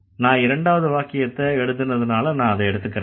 நான் இரண்டாவது வாக்கியத்தை எழுதுனால நான் அதை எடுத்துக்கறேன்